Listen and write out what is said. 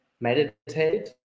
meditate